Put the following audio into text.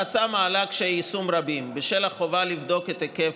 ההצעה מעלה קשיי יישום רבים בשל החובה לבדוק את היקף